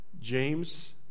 James